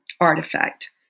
artifact